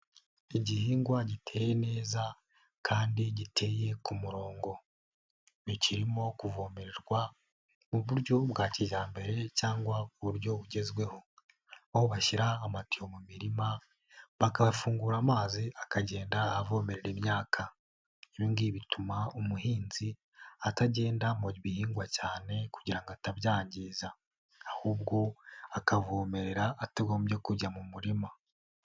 Igihingwa giteye neza kandi giteye ku murongo. Ntikirimo kuvomererwa mu buryo bwa kijyambere cyangwa ku buryo bugezweho, aho bashyira amatiyo mu mirima bakayafungura amazi akagenda avomerera imyaka. Ibi ngibi bituma umuhinzi atagenda mu bihingwa cyane kugira ngo atabyangiza ahubwo akavomerera atagombye kujya mu murima.